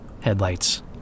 Headlights